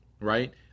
right